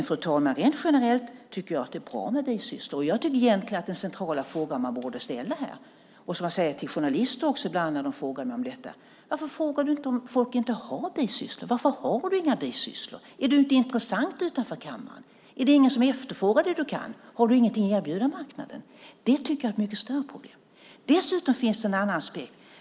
Fru talman! Rent generellt tycker jag att det är bra med bisysslor. Jag tycker egentligen att den centrala fråga man borde ställa här, som jag också säger till journalister ibland när de frågar mig om detta, är denna. Varför frågar du inte, om folk inte har bisysslor: Varför har du inga bisysslor? Är du inte intressant utanför kammaren? Är det ingen som efterfrågar det du kan? Har du ingenting att erbjuda marknaden? Det tycker jag är ett mycket större problem. Dessutom finns det en annan aspekt.